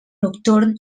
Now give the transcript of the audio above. nocturn